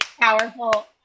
powerful